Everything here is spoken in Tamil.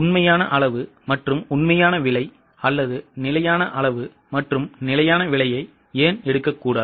உண்மையான அளவு மற்றும் உண்மையான விலை அல்லது நிலையான அளவு மற்றும் நிலையான விலையை ஏன் எடுக்கக்கூடாது